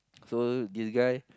so this guy